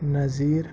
نظیٖر